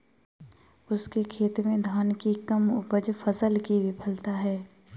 उसके खेत में धान की कम उपज फसल की विफलता है